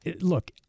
Look